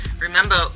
Remember